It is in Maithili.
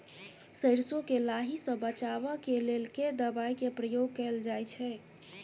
सैरसो केँ लाही सऽ बचाब केँ लेल केँ दवाई केँ प्रयोग कैल जाएँ छैय?